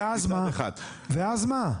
ואז מה?